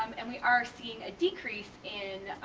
um and we are seeing a decrease in